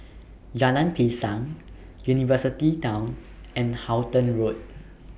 Jalan Pisang University Town and Halton Road